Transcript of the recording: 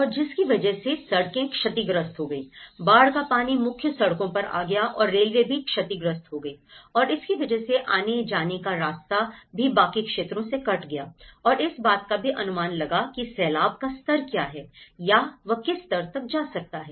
और जिसकी वजह से सड़कें क्षतिग्रस्त हो गई बाढ़ का पानी मुख्य सड़कों पर आ गया और रेलवे भी क्षतिग्रस्त हो गईI और इसकी वजह से आने जाने का रास्ता भी बाकी क्षेत्रों से कट गया और इस बात का भी अनुमान लगा कि सैलाब का स्तर क्या है या वह किस स्तर तक जा सकता है